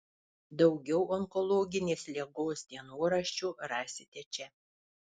daugiau onkologinės ligos dienoraščių rasite čia